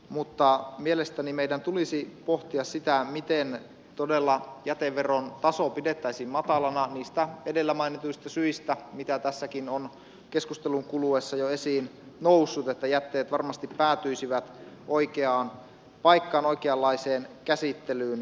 mutta mielestäni meidän tulisi pohtia sitä miten todella jäteveron taso pidettäisiin matalana niistä edellä mainituista syistä mitä tässäkin on keskustelun kuluessa jo esiin noussut että jätteet varmasti päätyisivät oikeaan paikkaan oikeanlaiseen käsittelyyn